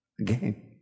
again